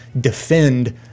defend